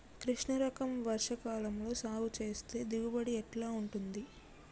కృష్ణ రకం వర్ష కాలం లో సాగు చేస్తే దిగుబడి ఎట్లా ఉంటది?